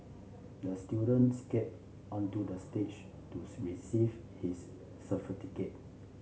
the student skated onto the stage to receive his certificate